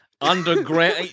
underground